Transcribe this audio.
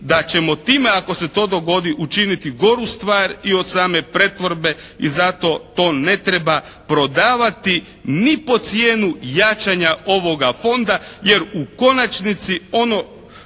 da ćemo time ako se to dogodi učiniti goru stvar i od same pretvorbe. I zato to ne treba prodavati ni pod cijenu jačanja ovoga Fonda. Jer u konačnici ono